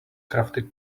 crafted